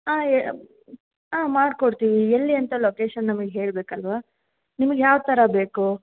ಹಾಂ ಏ ಹಾಂ ಮಾಡ್ಕೊಡ್ತೀವಿ ಎಲ್ಲಿ ಅಂತ ಲೊಕೇಶನ್ ನಮ್ಗ ಹೇಳಬೇಕಲ್ವಾ ನಿಮ್ಗೆ ಯಾವ ಥರ ಬೇಕು